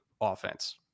offense